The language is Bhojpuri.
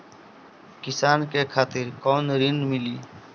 किसान के खातिर कौन ऋण मिली?